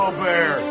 bear